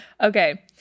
okay